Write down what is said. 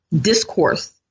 discourse